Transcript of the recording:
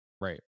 right